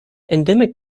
endemic